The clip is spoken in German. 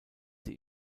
sie